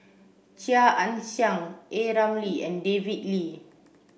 Chia Ann Siang A Ramli and David Lee